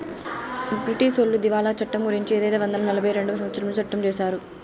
బ్రిటీసోళ్లు దివాళా చట్టం గురుంచి పదైదు వందల నలభై రెండవ సంవచ్చరంలో సట్టం చేశారు